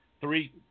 three